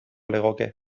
legoke